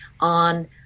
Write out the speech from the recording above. on